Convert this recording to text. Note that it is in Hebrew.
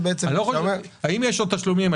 האם יש עוד תשלומים?